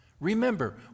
Remember